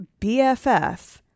bff